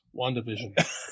WandaVision